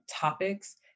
topics